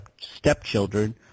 stepchildren